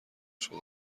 شدم